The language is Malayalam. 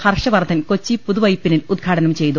ഹർഷവർധൻ കൊച്ചി പുതുവൈപ്പിനിൽ ഉദ്ഘാടനം ചെയ്തു